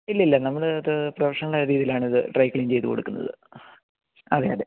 ഇല്ല ഇല്ല നമ്മൾ അത് പ്രൊഫഷണലായ രീതിയിലാണിത് ഡ്രൈ ക്ലീന് ചെയ്തു കൊടുക്കുന്നത് അതെയതെ